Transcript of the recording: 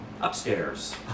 Upstairs